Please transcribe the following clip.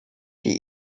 die